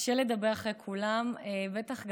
קשה לדבר אחרי כולם, בטח.